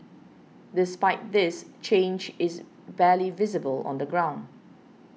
despite this change is barely visible on the ground